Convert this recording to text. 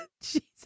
Jesus